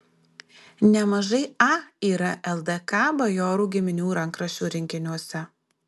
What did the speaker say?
nemažai a yra ldk bajorų giminių rankraščių rinkiniuose